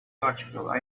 article